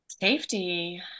Safety